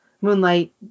Moonlight